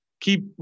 keep